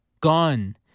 gone